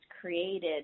created